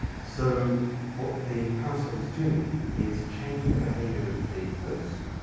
so what the parasite is doing is changing the behavior of the host